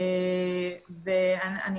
אנחנו